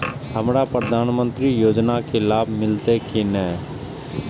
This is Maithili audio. हमरा प्रधानमंत्री योजना के लाभ मिलते की ने?